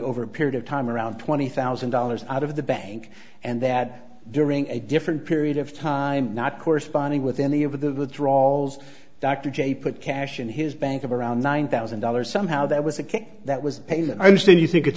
over a period of time around twenty thousand dollars out of the bank and that during a different period of time not corresponding with any of the thralls dr j put cash in his bank of around nine thousand dollars somehow that was a game that was paid and i understand you think it's